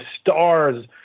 stars